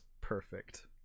perfect